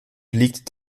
liegt